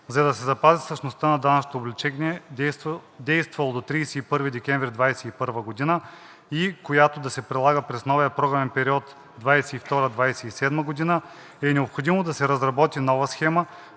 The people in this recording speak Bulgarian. за да се запази същността на данъчното облекчение, действало до 31 декември 2021 г., и която да се прилага през новия програмен период 2022 – 2027 г., е необходимо да се разработи нова схема,